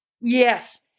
Yes